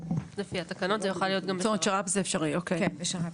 זאת אומרת, זה אפשרי גם בשר"פ.